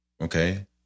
Okay